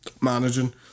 managing